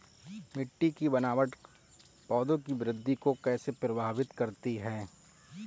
मिट्टी की बनावट पौधों की वृद्धि को कैसे प्रभावित करती है?